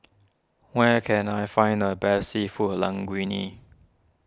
where can I find the best Seafood Linguine